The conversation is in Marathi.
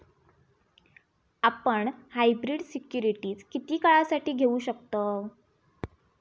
आपण हायब्रीड सिक्युरिटीज किती काळासाठी घेऊ शकतव